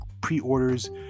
pre-orders